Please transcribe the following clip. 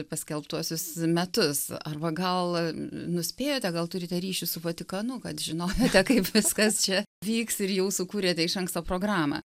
paskelbtuosius metus arba gal nuspėjote gal turite ryšį su vatikanu kad žinojote kaip viskas čia vyks ir jau sukūrėte iš anksto programą